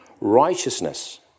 righteousness